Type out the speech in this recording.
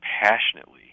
passionately